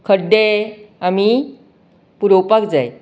खड्डे आमी पुरोवपाक जाय